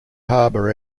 harbor